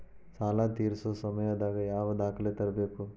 ಸಾಲಾ ತೇರ್ಸೋ ಸಮಯದಾಗ ಯಾವ ದಾಖಲೆ ತರ್ಬೇಕು?